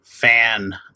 fan